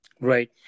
Right